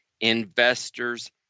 Investors